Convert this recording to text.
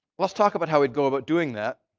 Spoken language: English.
let's talk about how we go about doing that.